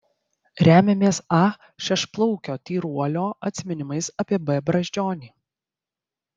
remiamės a šešplaukio tyruolio atsiminimais apie b brazdžionį